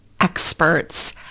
experts